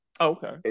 Okay